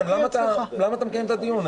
למה אתה מקיים את הדיון?